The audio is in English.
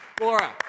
Laura